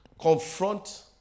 Confront